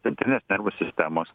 centrinės nervų sistemos